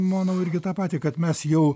manau irgi tą patį kad mes jau